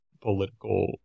political